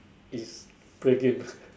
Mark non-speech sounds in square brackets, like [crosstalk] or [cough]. is play games [laughs]